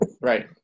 right